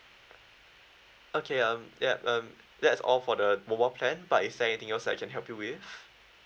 okay um ya um that's all for the mobile plan but is there anything else that I can help you with